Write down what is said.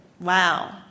Wow